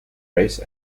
race